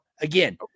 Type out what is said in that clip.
again